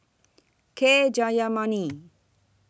K Jayamani